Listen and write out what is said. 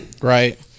Right